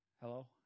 Hello